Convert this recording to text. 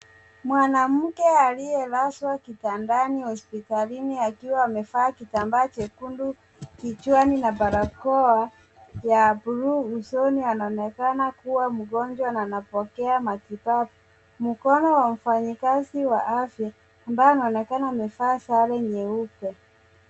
Mwanamke aliyelazwa kitandani hospitalini akiwa amevaa kitambaa chekundu kichwani na barakoa ya bluu usoni anaonekana kuwa mgonjwa na anapokea matibabu. Mkono wa mfanyikazi wa afya ambaye anaonekana kuwa amevaa sare nyeupe.